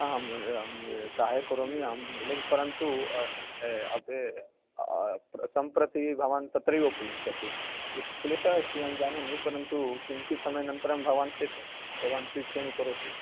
आहम् अहं सहायं करोमि अहं बुले परन्तु अपे सम्प्रति भवान् तत्रैव उपविशतु यत् क्लेशः अस्ति अहं जानामि परन्तु किञ्चित् समयानन्तरं भवान् सिट् भवान् सीट् चेञ्ज् करोतु